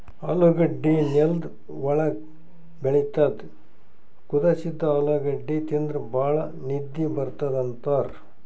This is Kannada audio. ಆಲೂಗಡ್ಡಿ ನೆಲ್ದ್ ಒಳ್ಗ್ ಬೆಳಿತದ್ ಕುದಸಿದ್ದ್ ಆಲೂಗಡ್ಡಿ ತಿಂದ್ರ್ ಭಾಳ್ ನಿದ್ದಿ ಬರ್ತದ್ ಅಂತಾರ್